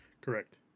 Correct